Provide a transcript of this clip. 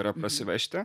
yra prasivežti